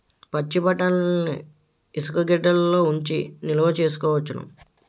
పచ్చిబఠాణీలని ఇసుగెడ్డలలో ఉంచి నిలవ సేసుకోవచ్చును